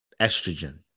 estrogen